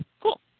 Cool